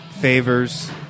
Favors